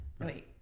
Wait